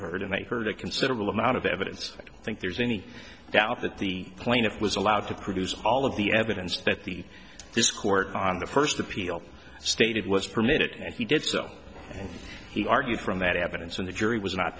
heard and they heard a considerable amount of evidence i think there's any doubt that the plaintiff was allowed to produce all of the evidence that the this court on the first appeal stated was permitted and he did so he argued from that evidence when the jury was not